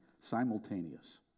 Simultaneous